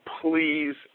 please